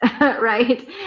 right